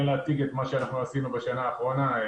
להציג את מה שעשינו בשנה האחרונה.